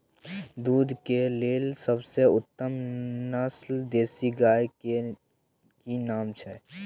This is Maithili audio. दूध के लेल सबसे उत्तम नस्ल देसी गाय के की नाम छै?